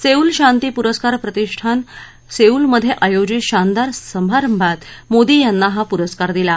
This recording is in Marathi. सेऊल शांती पुरस्कार प्रतिष्ठानं सेऊलमधे आयोजित शानदार समारंभात मोदी यांना हा पुरस्कार दिला